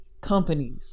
companies